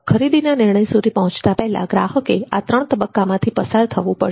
ખરીદીના નિર્ણય સુધી પહોંચતા પહેલા ગ્રાહકે આ ત્રણ તબક્કામાંથી પસાર થવું પડશે